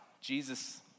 Jesus